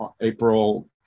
April